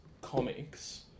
comics